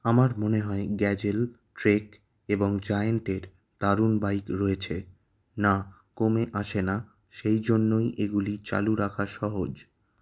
আমার মনে হয় গ্যাজেল ট্রেক এবং জায়েন্টের দারুণ বাইক রয়েছে না কমে আসে না সেই জন্যই এগুলি চালু রাখা সহজ